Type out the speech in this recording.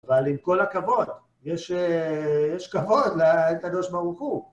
אבל עם כל הכבוד, יש כבוד לקדוש ברוך הוא.